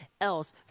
else